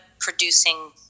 producing